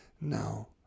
No